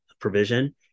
provision